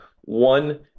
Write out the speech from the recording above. one